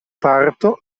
parto